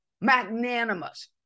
Magnanimous